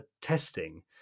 testing